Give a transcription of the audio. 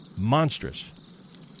monstrous